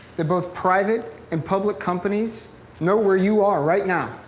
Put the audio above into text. that both private and public companies know where you are, right now.